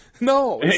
No